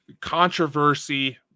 controversy